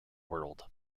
world